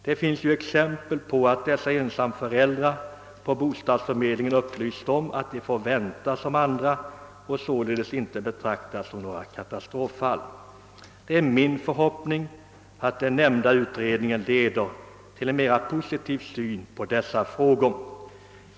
Det finns exempel på att ensamföräldrar på bostadsförmedlingen upplysts om att de får vänta som andra och således inte betraktas som några katastroffall. Det är min förhoppning att den nämnda utredningen skall leda till en mer positiv syn på dessa problem.